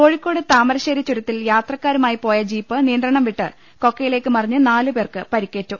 കോഴിക്കോട് താമരശ്ശേരി ചുരത്തിൽ യാത്രക്കാരുമായി പോയ ജീപ്പ് നിയന്ത്രണം വിട്ട് കൊക്കയിലേക്ക് മറിഞ്ഞ് നാല് പേർക്ക് പരി ക്കേറ്റു